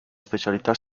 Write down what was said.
specialità